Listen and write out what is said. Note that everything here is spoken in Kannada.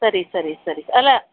ಸರಿ ಸರಿ ಸರಿ ಅಲ್ಲ